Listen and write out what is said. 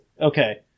Okay